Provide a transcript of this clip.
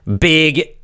big